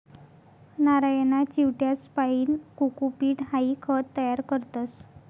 नारयना चिवट्यासपाईन कोकोपीट हाई खत तयार करतस